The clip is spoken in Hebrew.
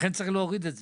לכן יש להוריד את זה.